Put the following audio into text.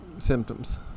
symptoms